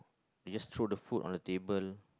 you just throw the food on the table